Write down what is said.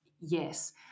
Yes